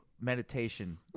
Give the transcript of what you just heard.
meditation